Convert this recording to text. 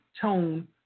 tone